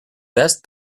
best